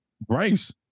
Bryce